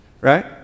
Right